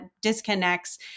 disconnects